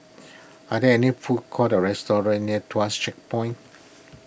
are there any food courts or restaurants near Tuas Checkpoint